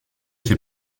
ses